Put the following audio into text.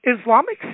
Islamic